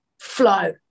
flow